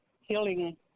healing